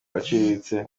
aciriritse